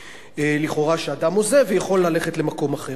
לכאורה שאדם עוזב ויכול ללכת למקום אחר.